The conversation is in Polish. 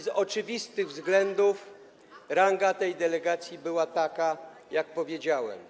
Z oczywistych względów ranga tej delegacji była taka, jak powiedziałem.